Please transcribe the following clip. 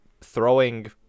throwing